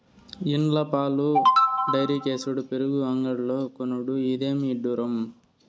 ఇండ్ల పాలు డైరీకేసుడు పెరుగు అంగడ్లో కొనుడు, ఇదేమి ఇడ్డూరం